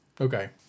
Okay